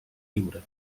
lliure